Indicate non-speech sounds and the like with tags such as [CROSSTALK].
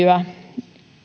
[UNINTELLIGIBLE] ja